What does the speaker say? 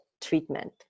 treatment